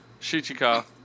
Shichika